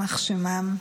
יימח שמם,